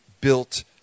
built